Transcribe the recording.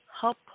help